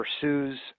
pursues